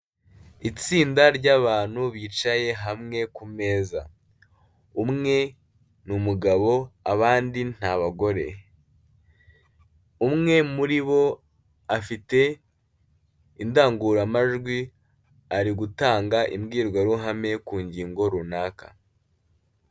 Itsinda ry'abantutu bicaye hamwe kumeza, umwe n'umugabo abandi ni abagore, umwe muri bo afite indangururamajwi ari gutanga imbwirwaruhame ku ngingo runaka.